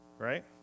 Right